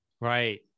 Right